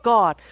God